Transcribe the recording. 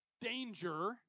Danger